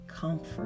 comfort